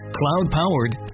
cloud-powered